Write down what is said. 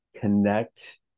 connect